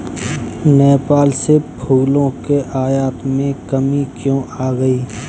नेपाल से फलों के आयात में कमी क्यों आ गई?